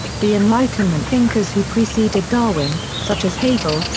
the enlightenment thinkers who preceded darwin, such as hegel,